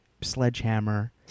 sledgehammer